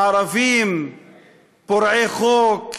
הערבים פורעי חוק,